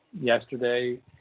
Yesterday